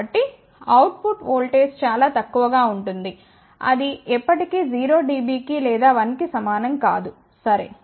కాబట్టి output voltage చాలా తక్కువగా ఉంటుంది అది ఎప్పటికీ 0 dB కి లేదా 1 కి సమానం కాదు సరే